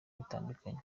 bitandukanye